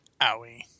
Owie